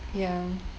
ya